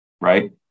right